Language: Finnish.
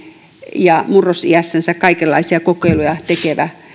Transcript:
ja murrosiässänsä kaikenlaisia kokeiluja tekevä